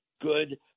good